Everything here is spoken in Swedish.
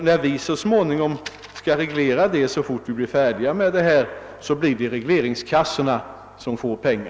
När vi så småningom skall reglera dessa saker, blir det genom regleringskassorna.